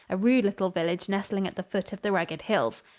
a rude little village nestling at the foot of the rugged hills.